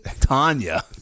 Tanya